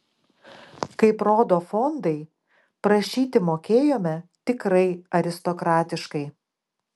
kaip rodo fondai prašyti mokėjome tikrai aristokratiškai